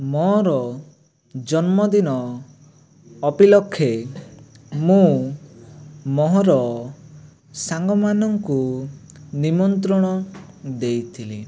ମୋର ଜନ୍ମଦିନ ଅପିଲକ୍ଷେ ମୁଁ ମୋହର ସାଙ୍ଗ ମାନଙ୍କୁ ନିମନ୍ତ୍ରଣ ଦେଇଥିଲି